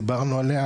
דיברנו עליה,